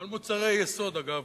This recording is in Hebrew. לא על מוצרי יסוד, אגב.